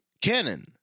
canon